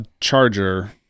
Charger